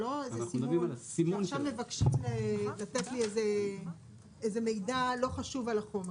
לא שעכשיו מבקשים לתת לי איזה מידע לא חשוב על החומר.